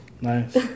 nice